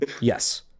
yes